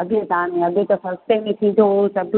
अॻिए तव्हांजे अॻिए त सस्ते में थींदो हुओ सभ